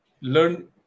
learn